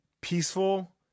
peaceful